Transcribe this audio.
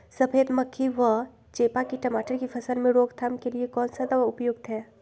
सफेद मक्खी व चेपा की टमाटर की फसल में रोकथाम के लिए कौन सा दवा उपयुक्त है?